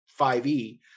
5e